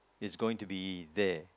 is going to be there